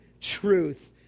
truth